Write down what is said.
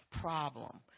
problem